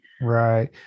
Right